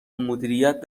مدیریت